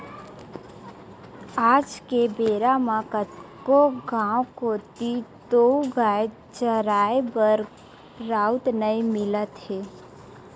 आज के बेरा म कतको गाँव कोती तोउगाय चराए बर राउत नइ मिलत हे